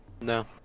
No